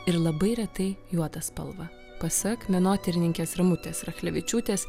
ir labai retai juodą spalvą pasak menotyrininkės ramutės rachlevičiūtės